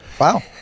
Wow